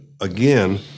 again